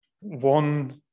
one